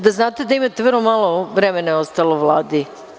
Da znate da je vrlo malo vremena ostalo Vladi.